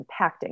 impacting